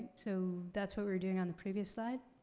so that's what we're doing on the previous slide.